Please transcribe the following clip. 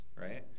right